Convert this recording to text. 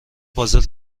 پازل